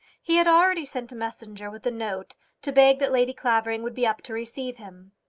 he had already sent a messenger with a note to beg that lady clavering would be up to receive him.